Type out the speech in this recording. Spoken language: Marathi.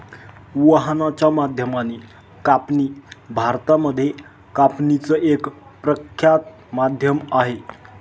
वाहनाच्या माध्यमाने कापणी भारतामध्ये कापणीच एक प्रख्यात माध्यम आहे